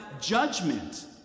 judgment